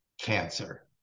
cancer